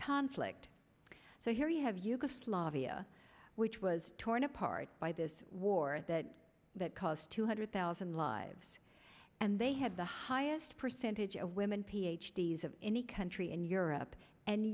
conflict so here we have yugoslavia which was torn apart by this war that that cost two hundred thousand lives and they had the highest percentage of women ph d s of any country in europe and